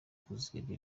kuziga